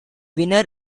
winner